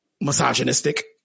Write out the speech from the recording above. misogynistic